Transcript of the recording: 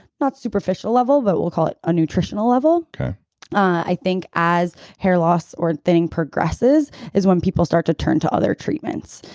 not superficial level but we'll call it a nutritional level okay i think as hair loss or thinning progresses is when people start to turn to other treatments.